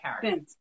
character